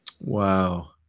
Wow